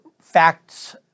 facts